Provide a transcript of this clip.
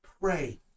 Pray